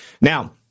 Now